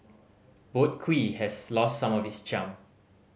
Boat Quay has lost some of this charm